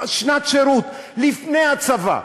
שנת שירות לפני הצבא,